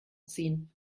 ziehen